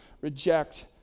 reject